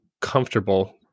comfortable